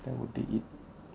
that would be it